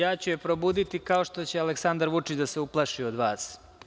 Ja ću je probuditi kao što će Aleksandar Vučić da se uplaši od vas.